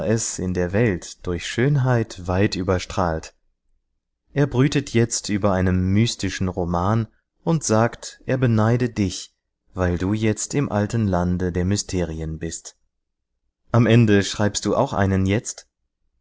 in der welt durch schönheit weit überstrahlt er brütet jetzt über einem mystischen roman und sagt er beneide dich weil du jetzt im alten lande der mysterien bist am ende schreibst du auch einen jetzt